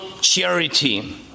charity